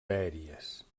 aèries